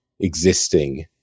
existing